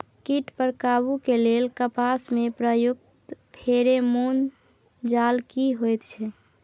कीट पर काबू के लेल कपास में प्रयुक्त फेरोमोन जाल की होयत छै?